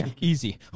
Easy